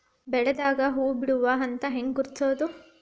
ಬೆಳಿದಾಗ ಹೂ ಬಿಡುವ ಹಂತ ಹ್ಯಾಂಗ್ ಗುರುತಿಸೋದು?